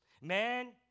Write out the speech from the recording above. Man